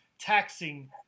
taxing